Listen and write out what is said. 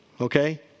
okay